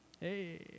Hey